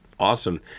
Awesome